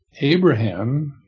Abraham